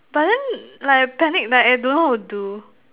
but then like I panic like I don't know how to do